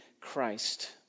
christ